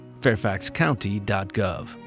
fairfaxcounty.gov